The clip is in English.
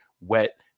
Wet